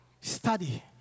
Study